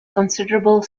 considerable